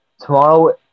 Tomorrow